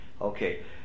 Okay